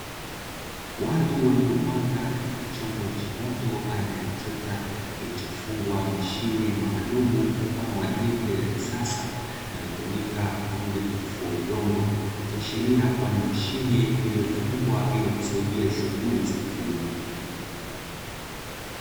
Watu waliopamda katika chombo cha moto aina ya trekta, kilichofungwa mashine maalumu, mfano wa jembe la kisasa linalotumika kwaajili ya kutifulia udongo, ikiashiria kuwa ni mashine iliyofungwa ili kusaidia shunghuli za kilimo.